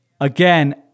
Again